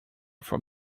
from